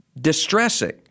distressing